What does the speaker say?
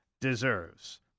deserves